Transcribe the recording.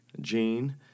gene